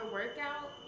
workout